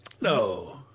No